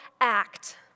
act